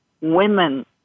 women